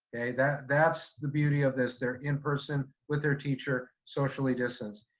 okay, that's that's the beauty of this. they're in person with their teacher socially distanced,